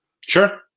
Sure